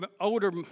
older